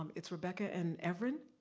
um it's rebecca and everin?